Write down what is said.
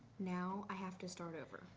now i have to start over.